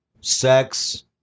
sex